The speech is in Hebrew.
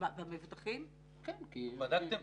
בדקתם